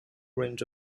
range